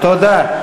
תודה.